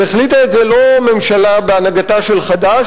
והחליטה את זה לא ממשלה בהנהגתה של חד"ש